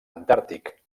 antàrtic